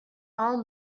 all